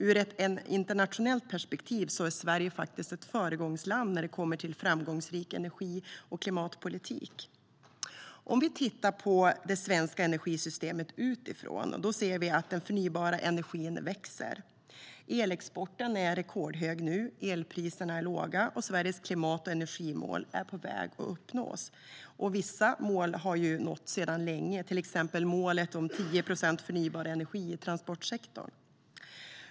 Ur ett internationellt perspektiv är Sverige ett föregångsland när det kommer till framgångsrik energi och klimatpolitik. Om vi tittar på det svenska energisystemet utifrån ser vi att den förnybara energin växer, att elexporten är rekordhög nu, att elpriserna är låga och att Sveriges klimat och energimål är på väg att uppnås. Vissa mål har nåtts sedan länge, till exempel målet om 10 procent förnybar energi i transportsektorn.